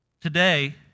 today